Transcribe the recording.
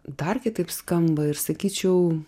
dar kitaip skamba ir sakyčiau